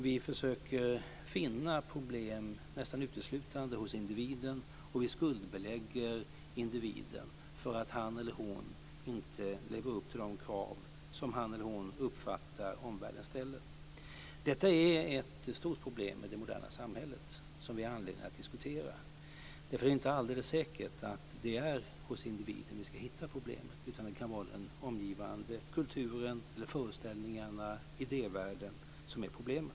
Vi försöker alltså nästan uteslutande finna problem hos individen, och vi skuldbelägger individen för att han eller hon inte lever upp till de krav som han eller hon uppfattar att omvärlden ställer. Detta är ett stort problem i det moderna samhället som vi har anledning att diskutera. Det är nämligen inte alldeles säkert att det är hos individen som vi ska hitta problemet. Det kan vara den omgivande kulturen eller föreställningarna och idévärlden som är problemet.